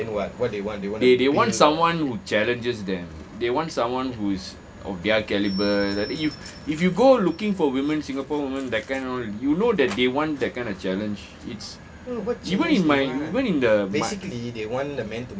they they want someone who challenges them they want someone who is of their caliber you if you go looking for women singapore woman that kind you know that they want that kind of challenge it's even in my even in the m~